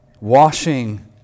washing